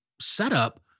setup